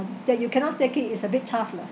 that you cannot take it it's a bit tough lah